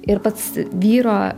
ir pats vyro